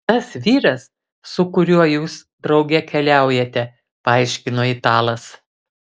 tas vyras su kuriuo jūs drauge keliaujate paaiškino italas